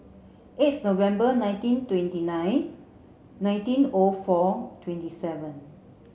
eighth November nineteen twenty nine nineteen O four twenty seven